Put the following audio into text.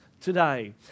today